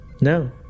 No